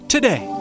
Today